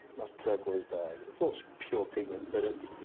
nice turquoise bag, it's all just pure pigment, but it's